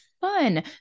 fun